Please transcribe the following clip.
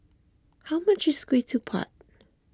how much is Ketupat